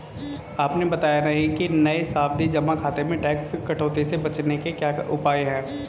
आपने बताया नहीं कि नये सावधि जमा खाते में टैक्स कटौती से बचने के क्या उपाय है?